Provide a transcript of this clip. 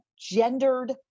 gendered